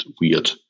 weird